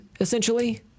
essentially